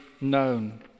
known